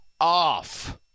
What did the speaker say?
off